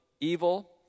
evil